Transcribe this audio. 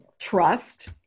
trust